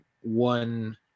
one